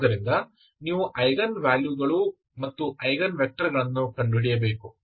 ಆದ್ದರಿಂದ ನೀವು ಐಗನ್ ವ್ಯಾಲ್ಯೂಗಳು ಮತ್ತು ಐಗನ್ ವೆಕ್ಟರ್ಗಳನ್ನು ಕಂಡುಹಿಡಿಯಬೇಕು